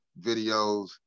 videos